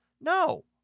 No